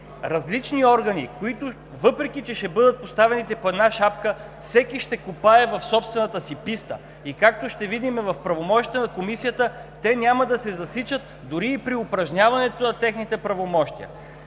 различни органи, които, въпреки че ще бъдат поставени под една шапка, всеки ще копае в собствената си писта. И както ще видим в правомощията на Комисията, те няма да се засичат дори и при упражняването на техните правомощия.